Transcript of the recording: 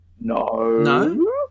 No